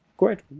great.